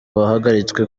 wahagaritswe